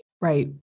Right